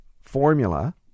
formula